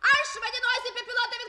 aš vadinuosi bepilotėmis